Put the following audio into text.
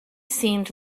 seemed